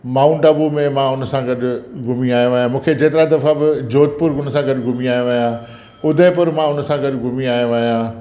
माउंटआबू में मां हुन सां गॾु घुमी आयो आहियां मूंखे जेतिरा दफ़ा बि जोधपुर हुन सां गॾु घुमी आयो आहियां उदयपुर मां हुन सां गॾु घुमी आयो आहियां